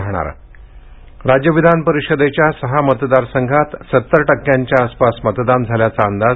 राहणार राज्य विधानपरिषदेच्या सहा मतरदारसंघांत सत्तर टक्क्यांच्या आसपास मतदान झाल्याचा अंदाज